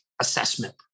assessment